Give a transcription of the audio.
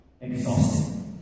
exhausted